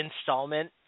installment